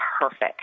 perfect